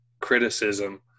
criticism